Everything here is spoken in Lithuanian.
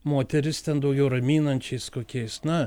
moterys ten daugiau raminančiais kokiais na